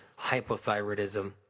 hypothyroidism